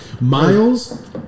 Miles